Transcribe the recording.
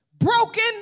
Broken